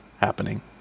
happening